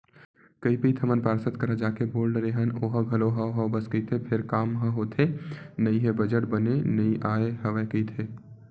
कई पइत हमन पार्षद करा जाके बोल डरे हन ओहा घलो हव हव बस कहिथे फेर काम ह होथे नइ हे बजट बने नइ आय हवय कहिथे